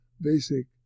basic